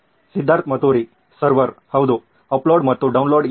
ಸಿದ್ಧಾರ್ಥ್ ಮತುರಿ ಸರ್ವರ್ ಹೌದು ಅಪ್ಲೋಡ್ ಮತ್ತು ಡೌನ್ಲೋಡ್ ಎಲ್ಲಿದೆ